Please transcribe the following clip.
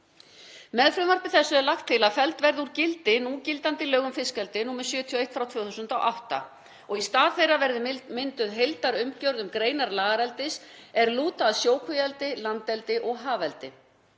Með frumvarpi þessu er lagt til að felld verði úr gildi núgildandi lög um fiskeldi nr. 71/2008. Í stað þeirra verði mynduð heildarumgjörð um greinar lagareldis sem lúta að sjókvíaeldi, landeldi og hafeldi,